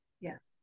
Yes